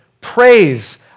praise